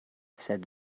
sed